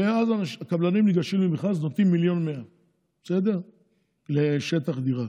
ואז הקבלנים ניגשים למכרז ונותנים 1.1 מיליון לשטח דירה,